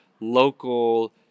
local